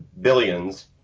billions